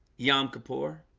yom kippur